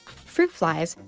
fruit flies,